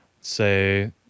say